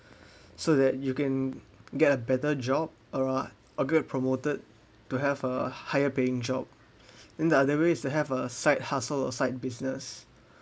so that you can get a better job or uh a great promoted to have a higher paying job then the other ways to have a site hassle or side business